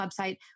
website